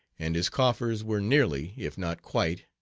and his coffers were nearly, if not quite,